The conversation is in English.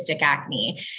acne